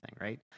right